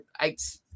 eight